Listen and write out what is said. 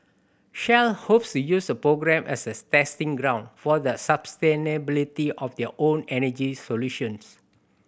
shell hopes use the program as a testing ground for the sustainability of their own energy solutions